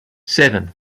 seven